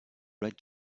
red